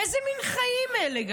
איזה מין חיים אלה?